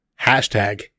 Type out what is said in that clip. hashtag